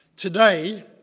Today